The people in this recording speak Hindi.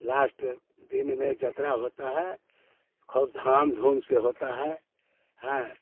लाश्ट दिन में जात्रा होती है ख़ूब धड़ाम धूम से होती है हैं